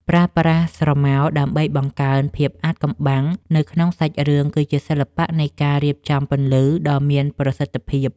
ប្រើប្រាស់ស្រមោលដើម្បីបង្កើនភាពអាថ៌កំបាំងនៅក្នុងសាច់រឿងគឺជាសិល្បៈនៃការរៀបចំពន្លឺដ៏មានប្រសិទ្ធភាព។